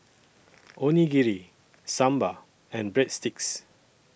Onigiri Sambar and Breadsticks